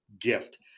gift